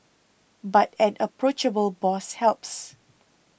but an approachable boss helps